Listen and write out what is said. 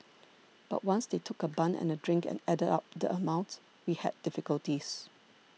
but once they took a bun and a drink and added up the amount we had difficulties